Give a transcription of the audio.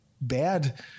bad